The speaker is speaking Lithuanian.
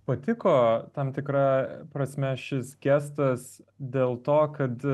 patiko tam tikra prasme šis gestas dėl to kad